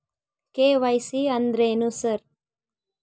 KYC ಅಂದ್ರೇನು sir?